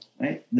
right